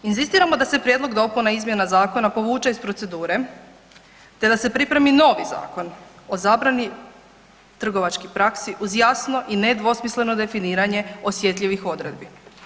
Inzistiramo da se prijedlog dopuna i izmjena zakona povuče iz procedure te da se pripremi novi zakon o zabrani trgovačkih praksi uz jasno i nedvosmisleno definiranje osjetljivih odredbi.